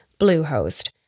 Bluehost